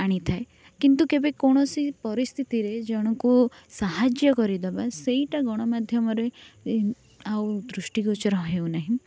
ଆଣିଥାଏ କିନ୍ତୁ କେବେ କୌଣସି ପରିସ୍ଥିତିରେ ଜଣଙ୍କୁ ସାହାଯ୍ୟ କରିଦେବା ସେଇଟା ଗଣମାଧ୍ୟମ ରେ ଆଉ ଦୃଷ୍ଟି ଗୋଚର ହେଉ ନାହିଁ